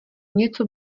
něco